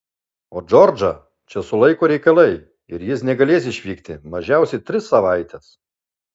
o džordžą čia sulaiko reikalai ir jis negalės išvykti mažiausiai tris savaites